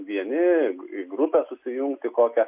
vieni į grupę sujungti kokią